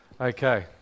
Okay